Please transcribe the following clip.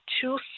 two